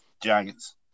Giants